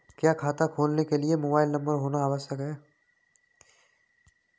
क्या खाता खोलने के लिए मोबाइल नंबर होना आवश्यक है?